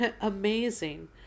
amazing